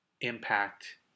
impact